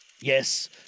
Yes